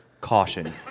Caution